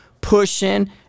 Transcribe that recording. pushing